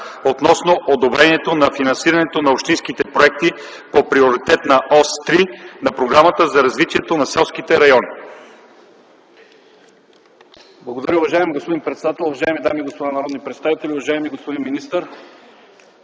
относно одобрението на финансирането на общинските проекти по Приоритетна ос 3 на Програмата за развитие на селските райони. ЧЕТИН КАЗАК (ДПС): Благодаря, уважаеми господин председател. Уважаеми дами и господа народни представители, уважаеми господин министър!